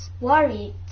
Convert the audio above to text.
worried